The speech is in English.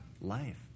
life